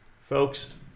folks